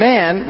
Man